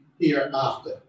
hereafter